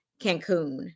Cancun